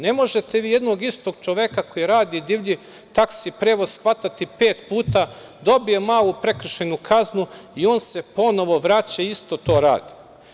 Ne možete vi jednog istog čoveka koji radi divlji taksi prevoz hvatati pet puta, dobije malu prekršajnu kaznu i on se ponovo vraća i isto to radi.